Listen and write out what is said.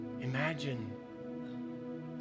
Imagine